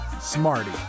Smarty